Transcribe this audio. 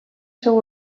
seu